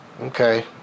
Okay